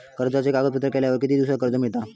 कर्जाचे कागदपत्र केल्यावर किती दिवसात कर्ज मिळता?